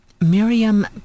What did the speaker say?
Miriam